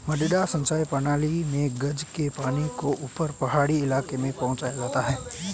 मडडा सिंचाई प्रणाली मे गज के पानी को ऊपर पहाड़ी इलाके में पहुंचाया जाता है